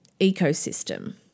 ecosystem